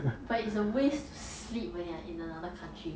but it's a waste to sleep when you are in another country